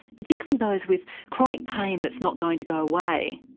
particularly those with chronic pain that's not going to go away.